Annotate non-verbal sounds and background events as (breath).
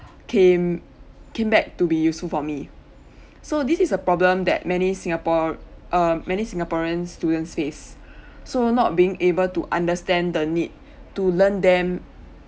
came came back to be useful for me (breath) so this is a problem that many singapore uh many singaporean's students face (breath) so not being able to understand the need to learn them